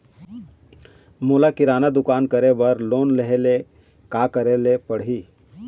मोला किराना दुकान करे बर लोन लेहेले का करेले पड़ही?